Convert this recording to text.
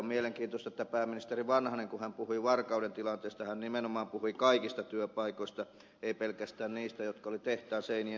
mielenkiintoista on että pääministeri vanhanen kun hän puhui varkauden tilanteesta nimenomaan puhui kaikista työpaikoista ei pelkästään niistä jotka olivat tehtaan seinien sisäpuolella